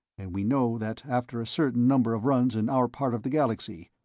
and we know that after certain number of runs in our part of the galaxy,